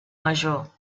major